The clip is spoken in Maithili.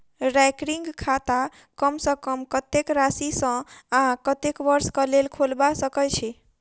रैकरिंग खाता कम सँ कम कत्तेक राशि सऽ आ कत्तेक वर्ष कऽ लेल खोलबा सकय छी